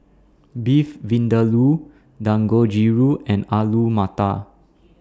Beef Vindaloo Dangojiru and Alu Matar